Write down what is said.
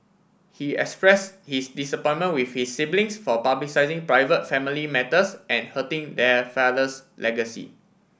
he express his disappointment with his siblings for publicising private family matters and hurting their father's legacy